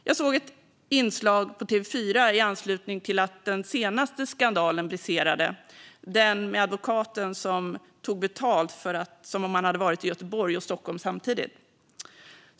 Jag såg ett inslag på TV4 i anslutning till att den senaste skandalen briserade - den med advokaten som tog betalt som om han hade varit i Göteborg och Stockholm samtidigt.